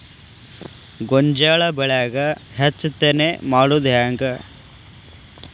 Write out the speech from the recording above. ಗೋಂಜಾಳ ಬೆಳ್ಯಾಗ ಹೆಚ್ಚತೆನೆ ಮಾಡುದ ಹೆಂಗ್?